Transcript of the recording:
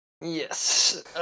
Yes